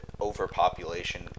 overpopulation